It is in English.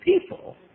people